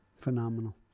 Phenomenal